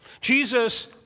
Jesus